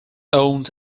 owned